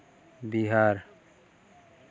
Bihar